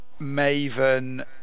Maven